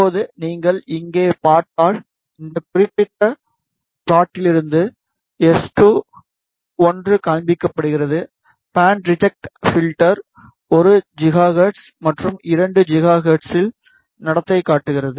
இப்போது நீங்கள் இங்கே பார்த்தால் இந்த குறிப்பிட்ட பிளாட்லிருந்து S21 காண்பிக்கப்படுகிறது பேண்ட் ரிஜெக்ட் பில்டர் 1 GHz மற்றும் 2 GHz இல் நடத்தை காட்டுகிறது